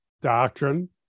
doctrine